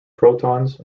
protons